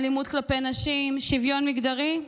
אלימות כלפי נשים, שוויון מגדרי,